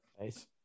Nice